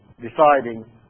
deciding